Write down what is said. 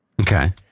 Okay